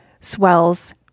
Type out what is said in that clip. swells